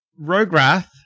Rograth